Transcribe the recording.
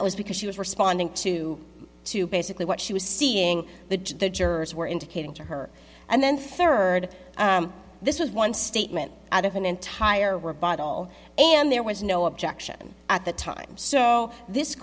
that was because she was responding to to basically what she was seeing the judge the jurors were indicating to her and then third this was one statement out of an entire were bottle and there was no objection at the time so this